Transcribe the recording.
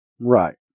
Right